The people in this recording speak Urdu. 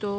تو